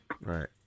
right